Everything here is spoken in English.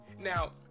Now